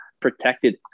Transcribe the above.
protected